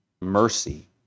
mercy